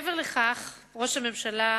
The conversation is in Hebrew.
מעבר לכך, ראש הממשלה,